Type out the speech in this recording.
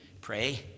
pray